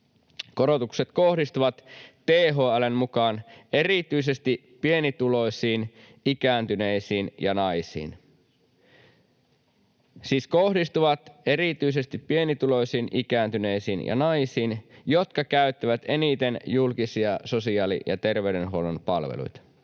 — siis kohdistuvat erityisesti pienituloisiin, ikääntyneisiin ja naisiin — jotka käyttävät eniten julkisia sosiaali‑ ja terveydenhuollon palveluita.